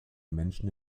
menschen